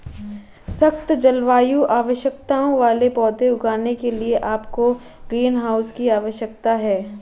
सख्त जलवायु आवश्यकताओं वाले पौधे उगाने के लिए आपको ग्रीनहाउस की आवश्यकता है